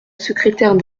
secrétaire